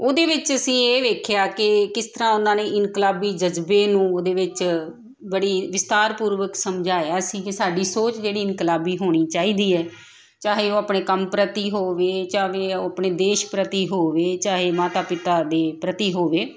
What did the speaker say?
ਉਹਦੇ ਵਿੱਚ ਅਸੀਂ ਇਹ ਵੇਖਿਆ ਕਿ ਕਿਸ ਤਰ੍ਹਾਂ ਉਹਨਾਂ ਨੇ ਇਨਕਲਾਬੀ ਜਜ਼ਬੇ ਨੂੰ ਉਹਦੇ ਵਿੱਚ ਬੜੀ ਵਿਸਤਾਰ ਪੂਰਵਕ ਸਮਝਾਇਆ ਸੀ ਕਿ ਸਾਡੀ ਸੋਚ ਜਿਹੜੀ ਇਨਕਲਾਬੀ ਹੋਣੀ ਚਾਹੀਦੀ ਹੈ ਚਾਹੇ ਉਹ ਆਪਣੇ ਕੰਮ ਪ੍ਰਤੀ ਹੋਵੇ ਚਾਹੇ ਉਹ ਆਪਣੇ ਦੇਸ਼ ਪ੍ਰਤੀ ਹੋਵੇ ਚਾਹੇ ਮਾਤਾ ਪਿਤਾ ਦੇ ਪ੍ਰਤੀ ਹੋਵੇ